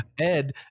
Ed